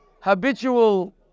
habitual